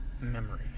memory